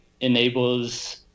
enables